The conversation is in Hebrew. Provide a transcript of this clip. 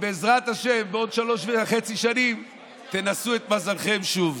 ובעזרת השם בעוד שלוש שנים וחצי תנסו את מזלכם שוב.